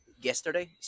yesterday